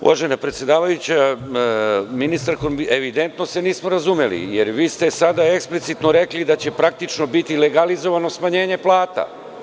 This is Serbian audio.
Uvažena predsedavajuća, ministarko, evidentno se nismo razumeli, jer vi ste sada eksplicitno rekli da će praktično biti legalizovano smanjenje plata.